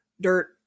dirt